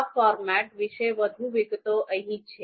આ ફોર્મેટ વિશે વધુ વિગતો અહીં છે